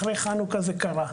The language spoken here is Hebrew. אחרי חנוכה זה קרה.